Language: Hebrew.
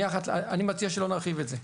אני מציע שלא נרחיב את זה.